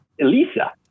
Elisa